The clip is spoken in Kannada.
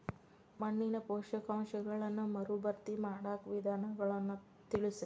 ಮಣ್ಣಿನ ಪೋಷಕಾಂಶಗಳನ್ನ ಮರುಭರ್ತಿ ಮಾಡಾಕ ವಿಧಾನಗಳನ್ನ ತಿಳಸ್ರಿ